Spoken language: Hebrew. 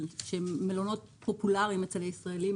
שהם מלונות פופולריים בקרב הישראלים,